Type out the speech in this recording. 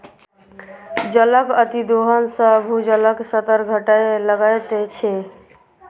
जलक अतिदोहन सॅ भूजलक स्तर घटय लगैत छै